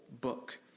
book